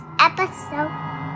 episode